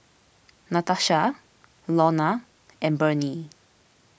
Natasha Launa and Bernie